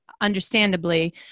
understandably